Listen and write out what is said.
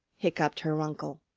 hiccoughed her uncle.